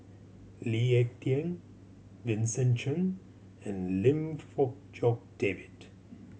Lee Ek Tieng Vincent Cheng and Lim Fong Jock David